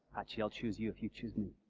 patchi, i'll choose you if you choose.